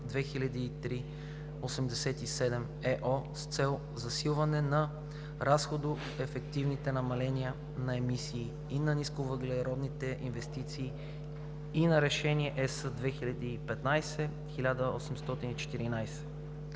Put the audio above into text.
2003/87/ЕО с цел засилване на разходоефективните намаления на емисии и на нисковъглеродните инвестиции, и на Решение (ЕС) 2015/1814.